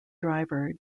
driver